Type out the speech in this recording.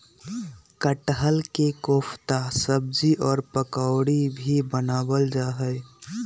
कटहल के कोफ्ता सब्जी और पकौड़ी भी बनावल जा हई